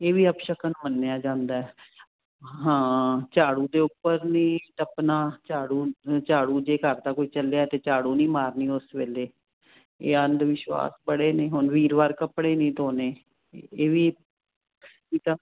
ਇਹ ਵੀ ਅਪਸ਼ਗਨ ਮੰਨਿਆ ਜਾਂਦਾ ਹਾਂ ਝਾੜੂ ਦੇ ਉੱਪਰ ਨੀ ਟੱਪਣਾ ਝਾੜੂ ਝਾੜੂ ਜੇ ਕਰਦਾ ਕੋਈ ਚੱਲਿਆ ਤੇ ਝਾੜੂ ਨਹੀਂ ਮਾਰਨੀ ਉਸ ਵੇਲੇ ਇਹ ਅੰਧ ਵਿਸ਼ਵਾਸ ਪੜੇ ਨੇ ਹੁਣ ਵੀ ਵਾਰ ਕੱਪੜੇ ਨਹੀਂ ਧੋਨੇ ਇਹ ਵੀ ਕੀਤਾ